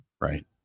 right